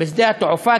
בשדה התעופה,